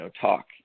talk